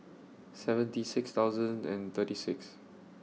seventy six thousand and thirty six